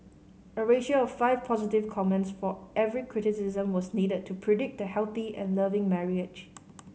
a ratio of five positive comments for every criticism was needed to predict the healthy and loving marriage